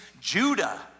Judah